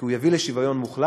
כי הוא יביא לשוויון מוחלט,